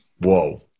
whoa